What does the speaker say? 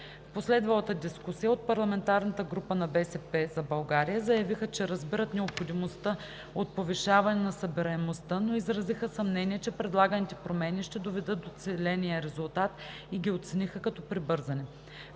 последвалата дискусия от парламентарната група на „БСП за България“ заявиха, че разбират необходимостта от повишаване на събираемостта, но изразиха съмнение, че предлаганите промени ще доведат до целения резултат и ги оцениха като прибързани.